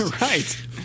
Right